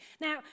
Now